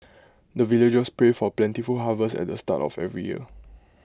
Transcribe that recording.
the villagers pray for plentiful harvest at the start of every year